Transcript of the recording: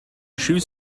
shoe